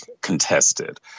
contested